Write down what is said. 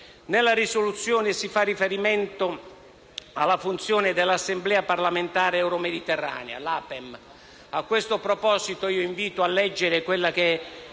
Nella risoluzione si fa riferimento alla funzione dell'Assemblea parlamentare euromediterranea (APEM). A questo proposito, invito a leggere la